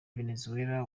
venezuela